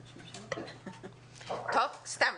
סתם,